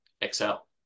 excel